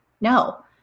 No